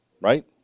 Right